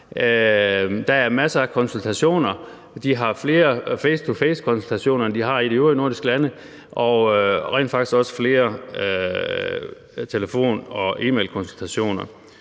Der er masser af konsultationer; de har flere af face-to-face-konsultationer, end de har i de øvrige nordiske lande, og rent faktisk også flere telefon- og e-mail-konsultationer.